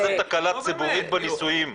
מה זה תקלה ציבורית בנישואים?